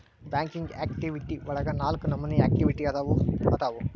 banking activity ಒಳಗ ನಾಲ್ಕ ನಮೋನಿ ಆಕ್ಟಿವಿಟಿ ಅದಾವು ಅದಾವು